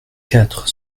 quatre